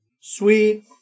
Sweet